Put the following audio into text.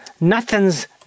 Nothing's